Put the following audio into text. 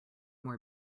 more